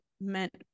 meant